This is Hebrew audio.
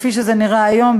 כפי שזה נראה היום,